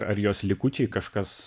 ar jos likučiai kažkas